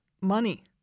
money